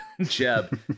Jeb